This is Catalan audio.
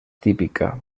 típica